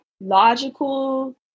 logical